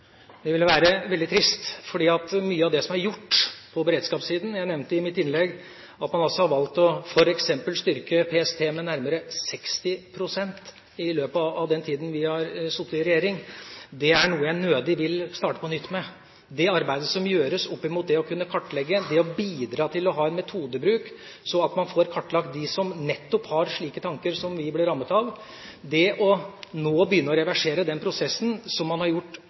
Det ville være veldig trist, for mye er gjort på beredskapssiden. Jeg nevnte i mitt innlegg at vi altså har valgt å styrke f.eks. PST med nærmere 60 pst. i løpet av den tida vi har sittet i regjering. Det er noe jeg nødig vil starte på nytt med. Det arbeidet som gjøres opp mot det å kunne kartlegge, det å bidra til en metodebruk, slik at man får kartlagt dem som nettopp har slike tanker som vi ble rammet av, det å nå begynne å reversere den prosessen som man etter mitt skjønn har gjort